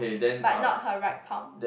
but not her right pound